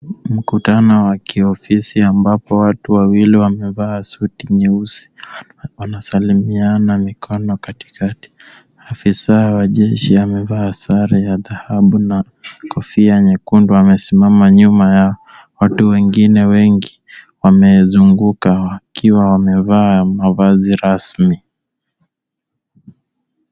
Mkutano wa kiofisi ambapo watu wawili wamevaa suti nyeusi. Wanasalimiana mikono katikati. Afisa wa jeshi amevaa sare ya dhahabu na kofia nyekundu amesimama nyuma yao. Watu wengine wengi wamezunguka wakiwa wamevaa mavazi rasmi.